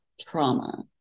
trauma